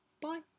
bye